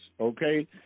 okay